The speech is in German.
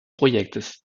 projektes